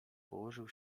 położył